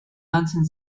ganzen